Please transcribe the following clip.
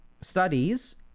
studies